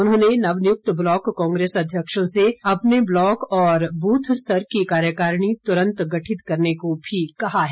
उन्होंने नवनियुक्त ब्लॉक कांग्रेस अध्यक्षों से अपने ब्लॉक और बूथ स्तर की कार्यकारिणी तुरंत गठित करने को भी कहा है